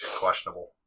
questionable